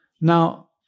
Now